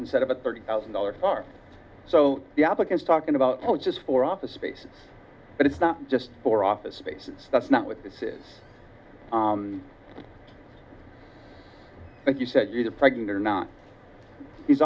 instead of a thirty thousand dollars car so the applicants talking about oh it's just for office space but it's not just for office space it's that's not what this is but you said you to pregnant or not he's